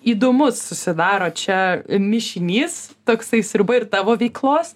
įdomus susidaro čia mišinys toksai sriuba ir tavo veiklos